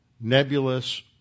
nebulous